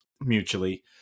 mutually